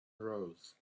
rose